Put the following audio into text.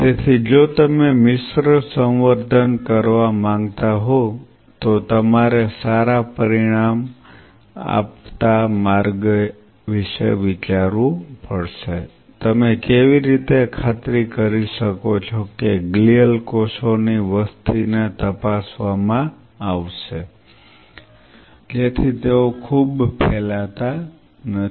તેથી જો તમે મિશ્ર સંવર્ધન કરવા માંગતા હો તો તમારે સારા પરિણામ આપતા માર્ગ વિશે વિચારવું પડશે કે તમે કેવી રીતે ખાતરી કરી શકો છો કે ગ્લિયલ કોષો ની વસ્તીને તપાસવામાં આવે છે જેથી તેઓ ખૂબ ફેલાતા નથી